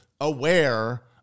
aware